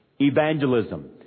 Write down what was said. evangelism